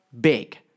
big